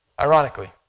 Ironically